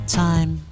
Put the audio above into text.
time